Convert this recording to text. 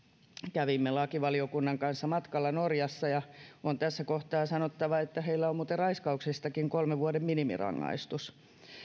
kävimme lakivaliokunnan kanssa matkalla norjassa ja on tässä kohtaa sanottava että heillä on muuten raiskauksestakin kolmen vuoden minimirangaistus